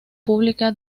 pública